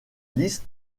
lisse